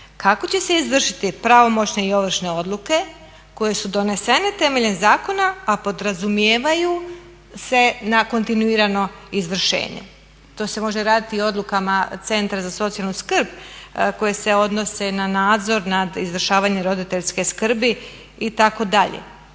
kako će se izvršiti pravomoćne i ovršne odluke koje su donesene temeljem zakona, a podrazumijevaju se na kontinuirano izvršenje. To se može raditi i o odlukama Centra za socijalnu skrb koje se odnose na nadzor nad izvršavanje roditeljske skrbi itd.